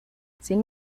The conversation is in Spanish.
sin